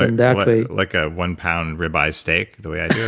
ah in that way like a one pound rib eye steak the way i do